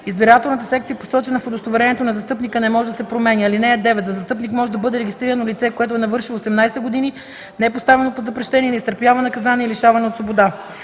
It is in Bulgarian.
Избирателната секция, посочена в удостоверението на застъпника, не може да се променя. (9) За застъпник може да бъде регистрирано лице, което е навършило 18 години, не е поставено под запрещение и не изтърпява наказание лишаване от свобода.